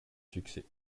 succès